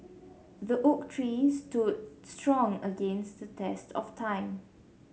the oak tree stood strong against the test of time